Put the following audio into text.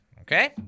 Okay